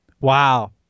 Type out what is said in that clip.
Wow